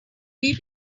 may